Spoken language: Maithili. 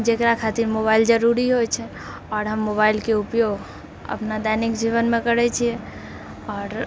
जेकरा खातिर मोबाइल जरूरी होइ छै आओर हम मोबाइल के उपयोग अपना दैनिक जीवनमऽ करै छियै और